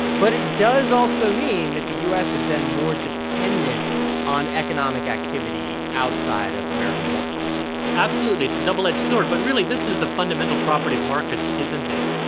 but it does also mean that the u s. is then more dependent on economic activity outside of american borders absolutely. it's a double-edged sword, but really, this is a fundamental property of markets, isn't it?